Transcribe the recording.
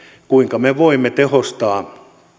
kuinka me voimme tehostaa